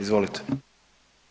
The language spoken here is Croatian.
Izvolite.